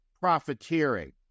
profiteering